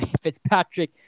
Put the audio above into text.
Fitzpatrick